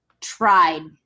tried